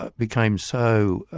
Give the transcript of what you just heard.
ah became so